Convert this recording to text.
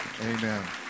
Amen